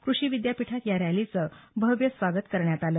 कृषी विद्यापीठात या रॅलीचं भव्य स्वागत करण्यात आलं